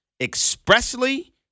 expressly